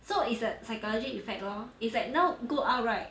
so it's a psychology effect lor it's like now go out right